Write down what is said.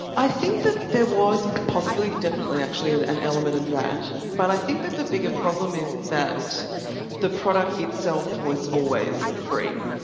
i think that there was possibly, definitely actually an element of that. but i think that the bigger problem is that the product itself was always free.